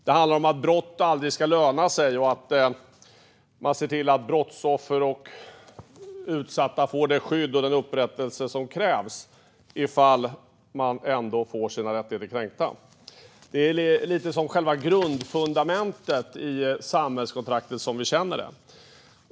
Det handlar om att brott aldrig ska löna sig och om att se till att brottsoffer och utsatta får det skydd och den upprättelse som krävs ifall de ändå får sina rättigheter kränkta. Det är en del av själva grundfundamentet i samhällskontraktet som vi känner det.